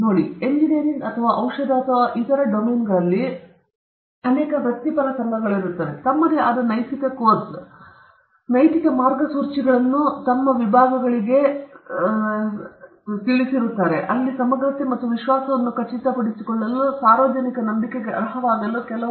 ನೋಡಿ ಎಂಜಿನಿಯರಿಂಗ್ ಅಥವಾ ಔಷಧ ಅಥವಾ ಹಲವಾರು ಇತರ ಡೊಮೇನ್ಗಳಲ್ಲಿ ಅನೇಕ ವೃತ್ತಿಪರ ಸಂಘಗಳು ತಮ್ಮದೇ ಆದ ನೈತಿಕ ಕೋರ್ಸ್ ಮತ್ತು ಅವರ ಸಾಮಾನ್ಯ ನೈತಿಕ ಮಾರ್ಗಸೂಚಿಗಳನ್ನು ತಮ್ಮ ವಿಭಾಗಗಳಿಗೆ ಸಮಗ್ರತೆ ಮತ್ತು ವಿಶ್ವಾಸವನ್ನು ಖಚಿತಪಡಿಸಿಕೊಳ್ಳಲು ಈ ಸಾರ್ವಜನಿಕ ನಂಬಿಕೆಗೆ ಬಂದಿವೆ